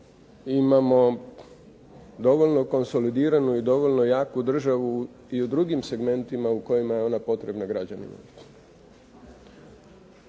imamo dovoljno konsolidiranu i dovoljno jaku državu i u drugim segmentima u kojima je ona potrebna građanima.